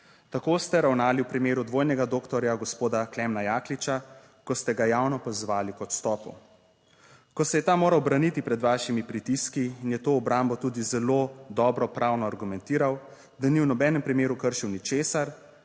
Tako ste ravnali v primeru dvojnega doktorja gospoda Klemna Jakliča, ko ste ga javno pozvali k odstopu, ko se je ta moral braniti pred vašimi pritiski in je to obrambo tudi zelo dobro pravno argumentiral, da ni v nobenem primeru kršil ničesar,